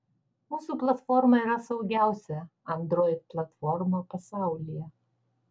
mūsų platforma yra saugiausia android platforma pasaulyje